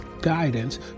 guidance